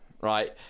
right